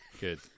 Good